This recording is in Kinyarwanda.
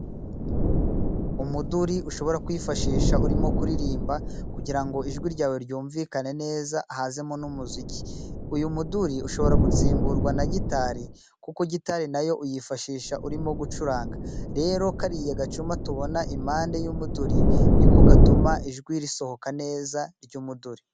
Umuduri ushobora kwifashisha urimo kuririmba, kugirango ijwi ryawe ryumvikane neza hazemo n'umuziki. Uyu muduri ushobora gusimburwa na gitari, kuko gitari nayo uyifashisha urimo gucuranga, rero kariya gacuma tubona impande y'umuduri ni ko gatuma ijwi risohoka neza ry'umuduri